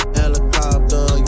helicopter